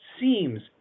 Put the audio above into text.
seems